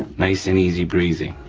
nice and easy, breezy.